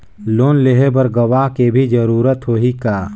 Loan लेहे बर गवाह के भी जरूरत होही का?